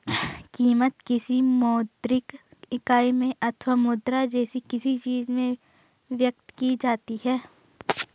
कीमत, किसी मौद्रिक इकाई में अथवा मुद्रा जैसी किसी चीज में व्यक्त की जाती है